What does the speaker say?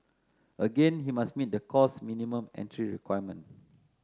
again he must meet the course minimum entry requirement